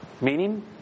Meaning